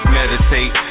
meditate